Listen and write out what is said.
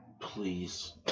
Please